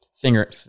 Finger